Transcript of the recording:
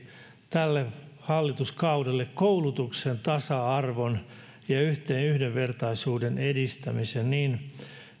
tälle hallituskaudelle koulutuksen tasa arvon ja yhdenvertaisuuden edistämisen niin